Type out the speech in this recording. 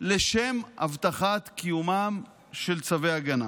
לשם אבטחת קיומם של צווי הגנה